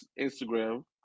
Instagram